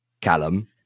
Callum